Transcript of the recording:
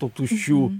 to tuščių